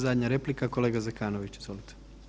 I zadnja replika, kolege Zekanović, izvolite.